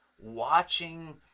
watching